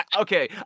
okay